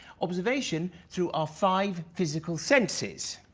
observation through our five physical senses.